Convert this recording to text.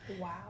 Wow